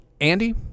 Andy